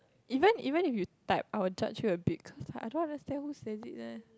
even even if you type I will judge you a bit cause I don't understand who say it leh